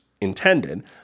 intended